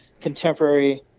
contemporary